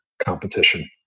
competition